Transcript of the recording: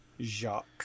jacques